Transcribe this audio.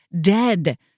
dead